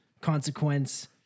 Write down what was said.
consequence